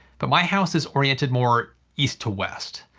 but my house is oriented more east-to-west.